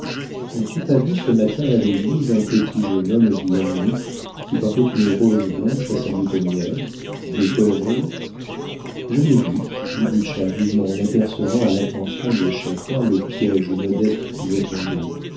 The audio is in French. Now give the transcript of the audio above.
n'as-tu pas vu ce matin à l'église un petit jeune homme bien mis qui portait une rose blanche à sa boutonnière décoré je l'ai vu dit butscha vivement en apercevant à l'attention de chacun le piége où modeste pouvait tomber